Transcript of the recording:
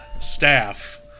staff